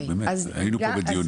באמת, היינו פה בדיונים.